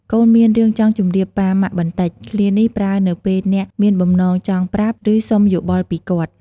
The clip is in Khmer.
"កូនមានរឿងចង់ជម្រាបប៉ា ម៉ាក់បន្តិច!" ឃ្លានេះប្រើនៅពេលអ្នកមានបំណងចង់ប្រាប់ ឬសុំយោបល់ពីគាត់។